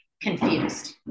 confused